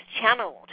channeled